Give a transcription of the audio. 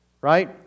right